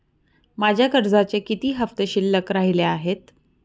माझ्या कर्जाचे किती हफ्ते शिल्लक राहिले आहेत?